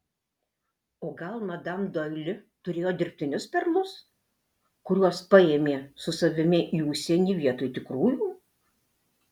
o gal madam doili turėjo dirbtinius perlus kuriuos paėmė su savimi į užsienį vietoj tikrųjų